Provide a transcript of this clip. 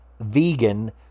vegan